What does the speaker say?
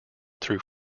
through